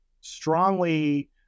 strongly